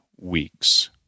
weeks